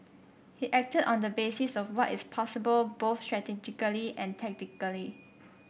he acted on the basis of what is possible both strategically and tactically